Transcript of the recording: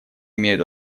имеют